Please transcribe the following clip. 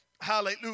Hallelujah